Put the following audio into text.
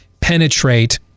penetrate